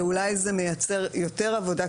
זה אולי מייצר יותר עבודה,